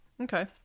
Okay